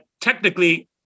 technically